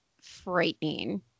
frightening